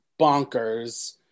bonkers